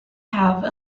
have